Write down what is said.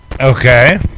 Okay